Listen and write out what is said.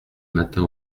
matin